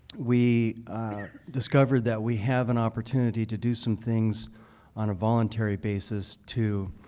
we discovered that we have an opportunity to do some things on a voluntary basis to